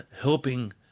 helping